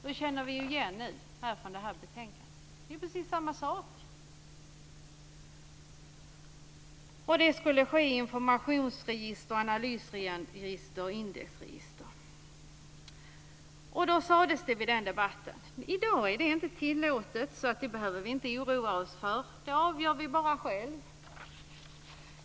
Det känner vi igen när det gäller det här betänkandet. Det är precis samma sak. Det skulle vara fråga om informationsregister, analysregister och indexregister. Det sades i nämnda debatt: I dag är det inte tillåtet, så det behöver vi inte oroa oss för. Det avgör bara vi själva.